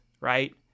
right